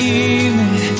evening